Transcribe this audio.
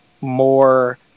more